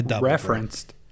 referenced